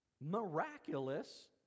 miraculous